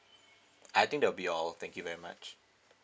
I think that will be all thank you very much